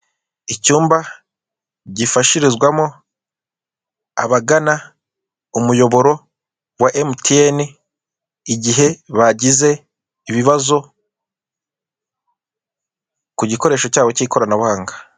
Icyumba gifashirizwamo abagana umuyoboro wa emutiyeni igihe bagize ibibazo ku gikoresho cyabo k'ikoranabuhanga.